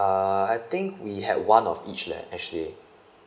uh I think we have one of each leh actually